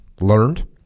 learned